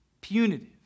punitive